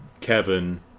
Kevin